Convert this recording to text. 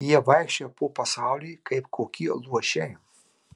jie vaikščioja po pasaulį kaip kokie luošiai